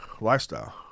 lifestyle